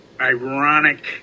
ironic